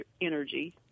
energy